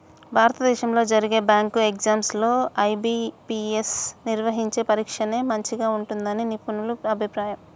భారతదేశంలో జరిగే bank exams లో ఐ.బీ.పీ.ఎస్ నిర్వహించే పరీక్షనే మంచిగా ఉంటుందని నిపుణుల అభిప్రాయం